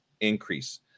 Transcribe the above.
increase